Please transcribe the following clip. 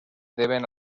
deben